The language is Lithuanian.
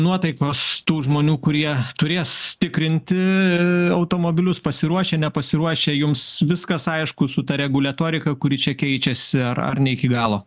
nuotaikos tų žmonių kurie turės tikrinti automobilius pasiruošę nepasiruošę jums viskas aišku su ta reguletorika kuri čia keičiasi ar ar ne iki galo